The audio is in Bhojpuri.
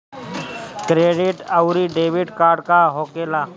क्रेडिट आउरी डेबिट कार्ड का होखेला?